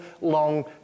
long